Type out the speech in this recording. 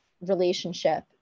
relationship